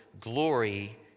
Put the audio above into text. glory